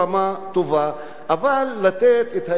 אבל לתת להם כאשר הם חוזרים את האפשרות לשוויון זכויות